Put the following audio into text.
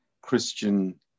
Christian